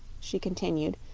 she continued,